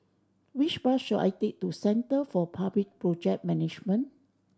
which bus should I take to Centre for Public Project Management